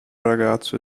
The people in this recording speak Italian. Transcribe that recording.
ragazzo